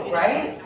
right